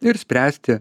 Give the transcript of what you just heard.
ir spręsti